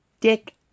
Dick